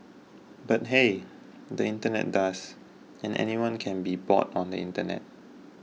but hey the internet does and anything can be bought on the internet